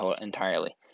entirely